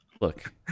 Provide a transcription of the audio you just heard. Look